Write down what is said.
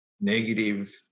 negative